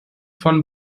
von